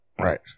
Right